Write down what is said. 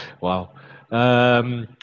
Wow